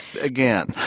again